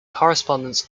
correspondents